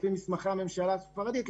לפי מסמכי הממשלה הספרדית,